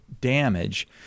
damage